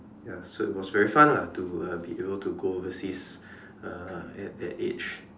ya so it was very fun lah to uh be able to go overseas uh at that age